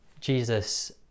Jesus